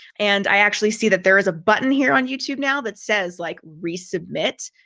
and i actually see that there is a button here on youtube now that says like, resubmit,